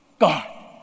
God